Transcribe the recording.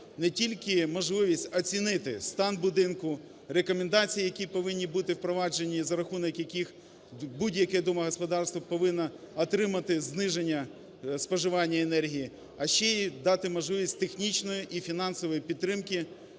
не тільки можливість оцінити стан будинку, рекомендації, які повинні бути впроваджені, за рахунок яких будь-яке домогосподарство повинно отримати зниження споживання енергії, а ще і дати можливість технічної і фінансової підтримки